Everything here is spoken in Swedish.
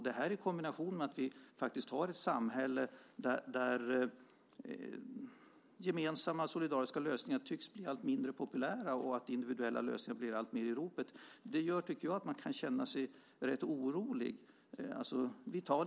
Detta i kombination med att vi faktiskt har ett samhälle där gemensamma, solidariska lösningar tycks bli allt mindre populära och där individuella lösningar blir alltmer i ropet gör, tycker jag, att man kan känna sig rätt orolig.